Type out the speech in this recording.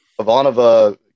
Ivanova